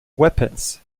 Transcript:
weapons